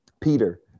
Peter